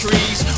Trees